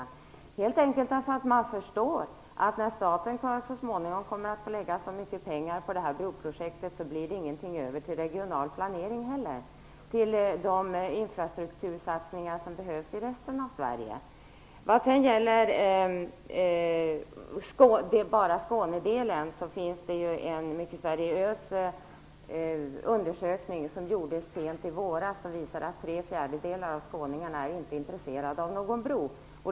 Det är man helt enkelt därför att man förstår att när staten så småningom kommer att få lägga så mycket pengar på detta broprojekt, blir det inget över till regional planering, till de infrastruktursatsningar som behövs i resten av Vad gäller Skånedelen finns en mycket seriös undersökning som gjordes sent i våras som visar att tre fjärdedelar av skåningarna inte är intresserade av någon bro.